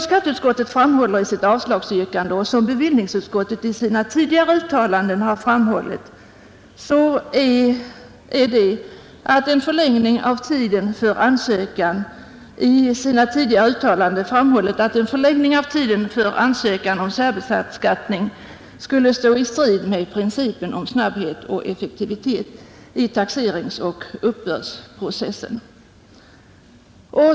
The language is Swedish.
Skatteutskottet framhåller i sitt avslagsyrkande, liksom bevillningsutskottet i sina tidigare uttalanden gjort, att en förlängning av tiden för ansökan om särbeskattning skulle stå i strid mot principen om snabbhet och effektivitet i taxeringsoch uppbördsprocessen.